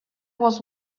was